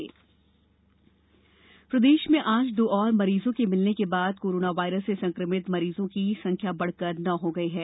corona राज्य प्रदेश में आज दो और मरीजों के मिलने के बाद कोरोना वायरस से संकमित लोगों की संख्या बढकर नौ हो गई है